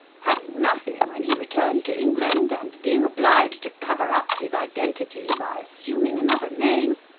having nothing when he returned to england, and being obliged to cover up his identity by assuming another name,